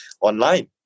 online